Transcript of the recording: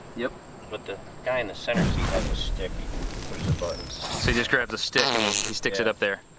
yeah but the guy in the center seat has a stick, he can push the buttons. so he just grabs a stick and he he sticks it up there.